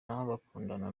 bakundana